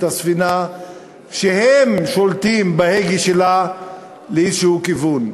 הספינה שהם שולטים בהגה שלה לכיוון כלשהו.